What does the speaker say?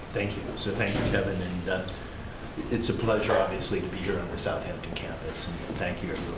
thank you. so thanks to kevin. and it's a pleasure, obviously, to be here on the southampton campus and thank you,